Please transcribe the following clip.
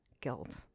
guilt